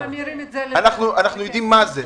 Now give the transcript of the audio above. אנחנו יודעים מה זה.